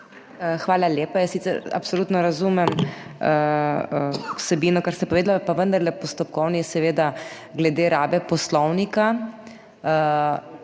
Hvala lepa. Jaz sicer absolutno razumem vsebino kar ste povedali, je pa vendarle postopkovni seveda glede rabe Poslovnika.